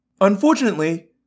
Unfortunately